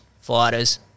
fighters